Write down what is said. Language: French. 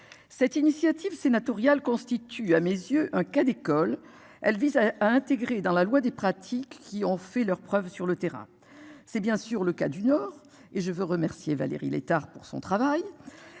Cette initiative sénatoriale constitue à mes yeux un cas d'école. Elle vise à intégrer dans la loi des pratiques qui ont fait leurs preuves sur le terrain, c'est bien sûr le cas du nord et je veux remercier Valérie Létard pour son travail.